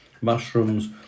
mushrooms